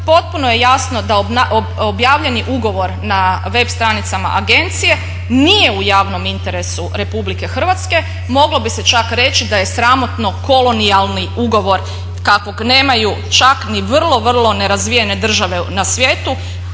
potpuno je jasno da objavljeni ugovor na web stranicama agencije nije u javnom interesu Republike Hrvatske. Moglo bi se čak reći da je sramotno kolonijalni ugovor kakvog nemaju čak ni vrlo, vrlo nerazvijene države na svijetu,